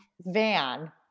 Van